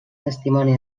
testimoni